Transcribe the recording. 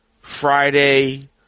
Friday